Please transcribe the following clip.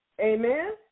Amen